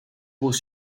gros